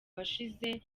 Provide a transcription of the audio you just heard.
washize